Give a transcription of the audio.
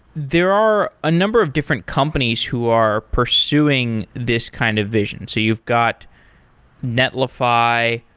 there are a number of different companies who are pursuing this kind of vision. so you've got netlify,